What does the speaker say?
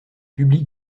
public